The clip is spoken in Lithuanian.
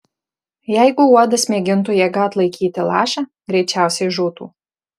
jeigu uodas mėgintų jėga atlaikyti lašą greičiausiai žūtų